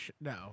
no